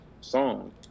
song